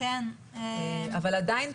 אבל עדיין,